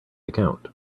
account